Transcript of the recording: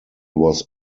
was